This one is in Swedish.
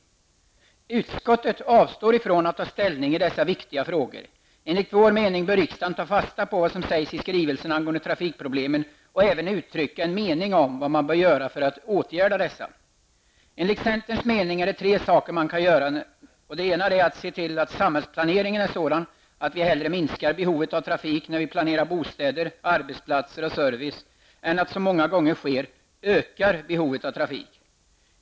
Utskottet avstår ifrån att ta ställning i dessa viktiga frågor. Enligt vår mening bör riksdagen ta fasta på vad som sägs i skrivelsen angående trafikproblemen och även uttrycka en mening om vad man bör göra för att åtgärda dessa. Enligt centerns mening är det tre saker man kan göra. Det ena är att se till att samhällsplaneringen är sådan att vi hellre minskar behovet av trafik när vi planerar bostäder, arbetsplatser och service än att som många gånger sker ökar behovet av trafik.